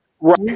Right